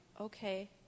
okay